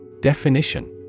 Definition